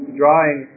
drawing